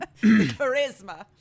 Charisma